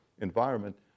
environment